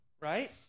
right